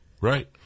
Right